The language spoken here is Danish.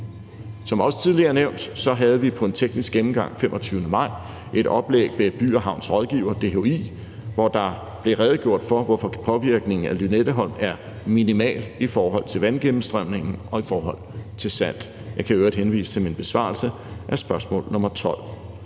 Som også tidligere nævnt havde vi ved en teknisk gennemgang den 25. maj et oplæg ved By & Havns rådgiver, DHI, hvor der blev redegjort for, hvorfor påvirkningen af Lynetteholm er minimal i forhold til vandgennemstrømningen og i forhold til salt. Jeg kan i øvrigt henvise til min besvarelse af spørgsmål nr. 12.